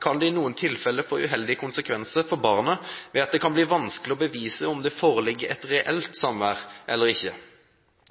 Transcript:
kan det i noen tilfeller få uheldige konsekvenser for barnet ved at det kan bli vanskelig å bevise om det foreligger et reelt samvær eller ikke.